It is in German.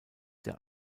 der